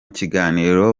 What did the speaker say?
kiganiro